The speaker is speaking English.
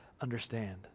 understand